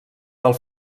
del